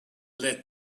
let